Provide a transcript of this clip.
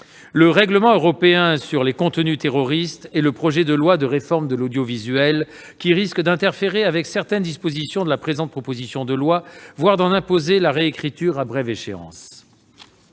le règlement européen sur les contenus terroristes et le projet de loi de réforme de l'audiovisuel risquent en effet d'interférer avec certaines dispositions de la présente proposition de loi, voire d'en imposer la réécriture à brève échéance.